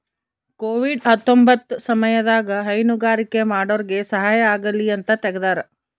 Covid ಹತ್ತೊಂಬತ್ತ ಸಮಯದಾಗ ಹೈನುಗಾರಿಕೆ ಮಾಡೋರ್ಗೆ ಸಹಾಯ ಆಗಲಿ ಅಂತ ತೆಗ್ದಾರ